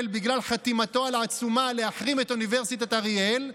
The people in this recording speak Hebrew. בגלל חתימתו על עצומה להחרים את אוניברסיטת אריאל.